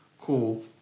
cool